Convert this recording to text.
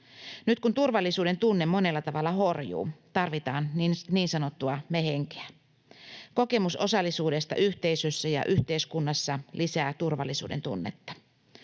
Nyt kun turvallisuudentunne monella tavalla horjuu, tarvitaan niin sanottua me-henkeä. Kokemus osallisuudesta yhteisössä ja yhteiskunnassa lisää turvallisuudentunnetta.